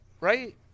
right